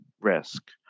risk